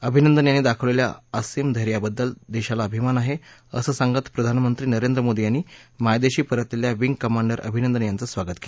अभिनंदन यांनी दाखवलेल्या असीम धैर्याबद्दल देशाला अभिमान आहे असं सांगत प्रधानमंत्री नरेंद्र मोदी यांनी मायदेशी परतलेल्या विंग कमांडर अभिनंदन यांचं स्वागत केलं